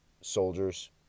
soldiers